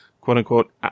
quote-unquote